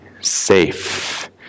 safe